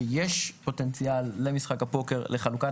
אני רק אבהיר שיש פוטנציאל למשחק הפוקר לחלוקת